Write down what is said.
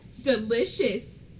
delicious